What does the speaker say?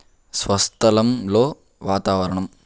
స్వస్థలంలో వాతావరణం